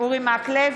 אורי מקלב,